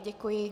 Děkuji.